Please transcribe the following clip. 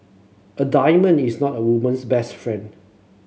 a diamond is not a woman's best friend